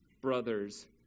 brothers